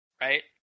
right